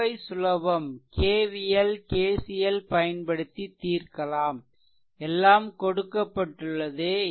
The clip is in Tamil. மற்றவை சுலபம் KVL KCL பயன்படுத்தி தீர்க்கலாம் எல்லாம் கொடுக்கப்பட்டுள்ளது